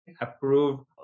approved